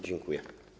Dziękuję.